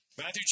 Matthew